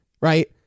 right